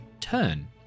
turn